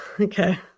Okay